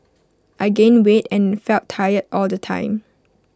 I gained weight and felt tired all the time